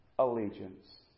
Allegiance